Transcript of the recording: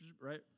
right